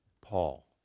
Paul